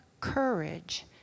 courage